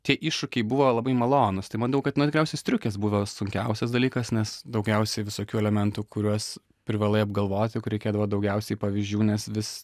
tie iššūkiai buvo labai malonūs tai manau kad na tikriausiai striukės buvo sunkiausias dalykas nes daugiausiai visokių elementų kuriuos privalai apgalvoti kur reikėdavo daugiausiai pavyzdžių nes vis